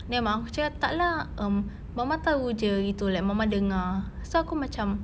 then mak aku cakap tak lah um mama tahu jer gitu like mama dengar so aku macam